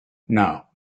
now